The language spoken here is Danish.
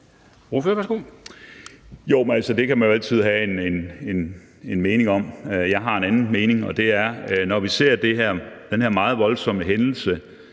Det kan man jo altid have en mening om. Jeg har en anden mening, og den er, at når jeg ser på den her meget voldsomme hændelse